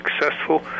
successful